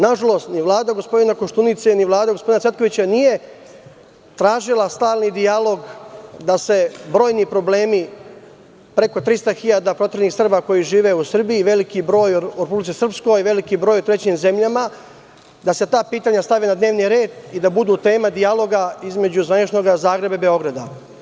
Nažalost, ni vlada gospodina Koštunice, ni vlada gospodina Cvetkovića nije tražila stalni dijalog da se brojni problemi preko 300.000 proteranih Srba koji žive u Srbiji, veliki broj u Republici Srpskoj i veliki broj u trećim zemljama, da se ta pitanja stave na dnevni red i da budu tema dijaloga između zvaničnog Zagreba i Beograda.